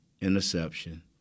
interception